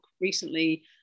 recently